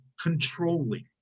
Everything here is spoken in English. controlling